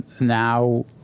now